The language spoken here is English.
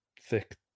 thick